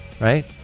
right